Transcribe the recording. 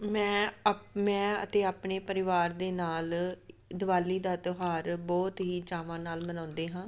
ਮੈਂ ਅਪ ਮੈਂ ਅਤੇ ਆਪਣੇ ਪਰਿਵਾਰ ਦੇ ਨਾਲ ਦਿਵਾਲੀ ਦਾ ਤਿਉਹਾਰ ਬਹੁਤ ਹੀ ਚਾਅਵਾਂ ਨਾਲ ਮਨਾਉਂਦੇ ਹਾਂ